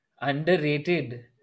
Underrated